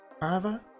Arva